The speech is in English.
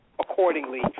accordingly